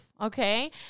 okay